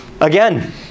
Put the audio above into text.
Again